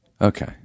Okay